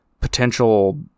potential